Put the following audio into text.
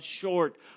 short